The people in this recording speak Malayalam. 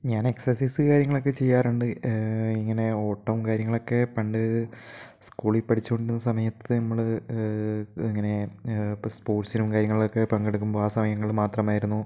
ഞാൻ എക്സസൈസ് കാര്യങ്ങളൊക്കെ ചെയ്യാറുണ്ട് ഇങ്ങനെ ഓട്ടം കാര്യങ്ങളൊക്കെ പണ്ട് സ്കൂളിൽ പഠിച്ചുകൊണ്ടിരുന്ന സമയത്ത് നമ്മള് ഇങ്ങനെ ഇപ്പോൾ സ്പോർട്സിനും കാര്യങ്ങളിലൊക്കെ പങ്കെടുക്കുമ്പോൾ ആ സമയങ്ങളിൽ മാത്രമായിരുന്നു